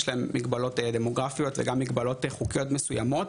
יש להם מגבלות דמוגרפיות וגם מגבלות חוקיות מסוימות,